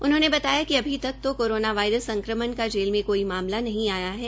उन्होंने बताया कि अभी तक तो कोरोना वायरस संक्रमण का जेल में कोई मामला नहीं आया है